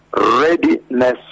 readiness